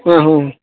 ಹಾಂ ಹ್ಞೂ